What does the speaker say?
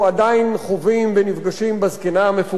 ונפגשים בזקנה המפורסמת במסדרון,